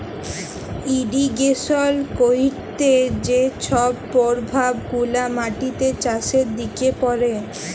irrigation ক্যইরতে যে ছব পরভাব গুলা মাটিতে, চাষের দিকে পড়ে